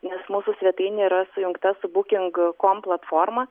nes mūsų svetainė yra sujungta su buking kom platforma